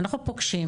אנחנו פוגשים,